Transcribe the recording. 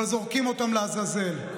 אבל זורקים אותם לעזאזל.